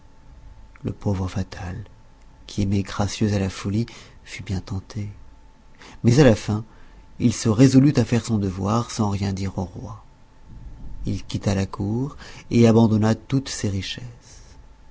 le pauvre fatal qui aimait gracieuse à la folie fut bien tenté mais à la fin il se résolut à faire son devoir sans rien dire au roi il quitta la cour et abandonna toutes ses richesses